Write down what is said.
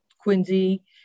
Quincy